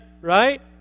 right